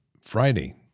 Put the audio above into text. Friday